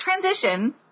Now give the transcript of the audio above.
transition